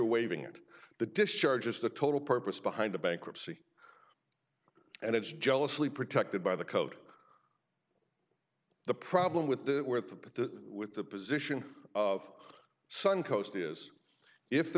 waving at the discharge is the total purpose behind the bankruptcy and it's jealously protected by the code the problem with where the with the position of suncoast is if the